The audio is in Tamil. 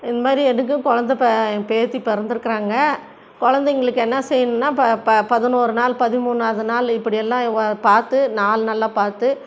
இந்த மாதிரி எனக்கும் குழந்த ப பேத்தி பிறந்துருக்குறாங்க குழந்தைங்களுக்கு என்ன செய்யணுன்னா இப்போ ப பதினோரு நாள் பதிமூணாவது நாள் இப்படியெல்லாம் பார்த்து நாள் நல்லா பார்த்து